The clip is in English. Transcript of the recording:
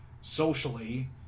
socially